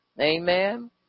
Amen